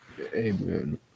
Amen